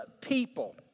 people